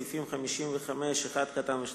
סעיפים 55(1) (2)